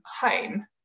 home